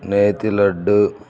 Neti laddu